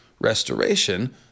restoration